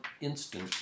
Instant